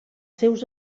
seus